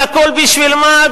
והכול בשביל מה?